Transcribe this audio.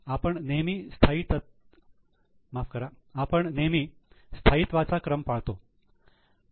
आपण नेहमी स्थायीत्त्वाचा क्रम पाळतो